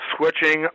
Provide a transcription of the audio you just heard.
switching